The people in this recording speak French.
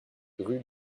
rue